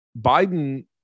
Biden